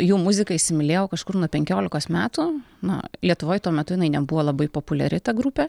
jų muziką įsimylėjau kažkur nuo penkiolikos metų na lietuvoj tuo metu jinai nebuvo labai populiari ta grupė